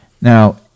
Now